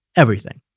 everything.